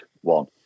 one